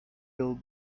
will